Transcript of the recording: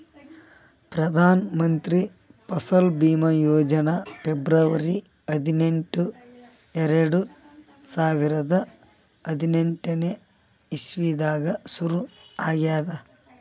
Pradhan Mantri Fasal Bima Yojana February ಹದಿನೆಂಟು, ಎರಡು ಸಾವಿರದಾ ಹದಿನೆಂಟನೇ ಇಸವಿದಾಗ್ ಶುರು ಆಗ್ಯಾದ್